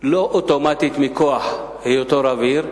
לא אוטומטית מכוח היותו רב עיר,